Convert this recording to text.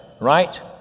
right